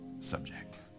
subject